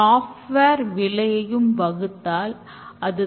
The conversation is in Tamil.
சோதனையானது தவறுகள் இல்லாத product உருவாக்க உதவும்